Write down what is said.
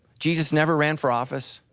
jesus never ran for office.